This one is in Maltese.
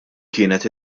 kienet